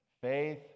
faith